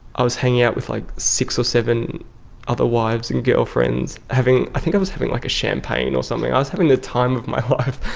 i was hanging out with like six or seven other wives and girlfriends. i think i was having like champagne or something, i was having the time of my life.